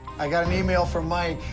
i got an email from mike.